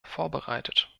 vorbereitet